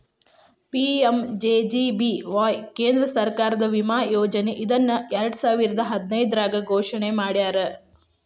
PMJJBY ಕೇಂದ್ರ ಸರ್ಕಾರದ ವಿಮಾ ಯೋಜನೆ ಇದನ್ನ ಎರಡುಸಾವಿರದ್ ಹದಿನೈದ್ರಾಗ್ ಘೋಷಣೆ ಮಾಡ್ಯಾರ